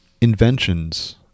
inventions